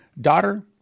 Daughter